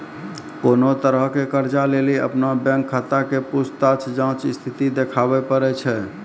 कोनो तरहो के कर्जा लेली अपनो बैंक खाता के पूछताछ जांच स्थिति देखाबै पड़ै छै